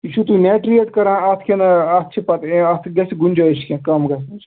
یہِ چھُو تُہۍ نٮ۪ٹ ریٹ کَران اَتھ کِنہِ اَتھ چھِ پَتہٕ یا اَتھ گژھِ گُنجٲیِش کیٚنٛہہ کَم گژھنٕچ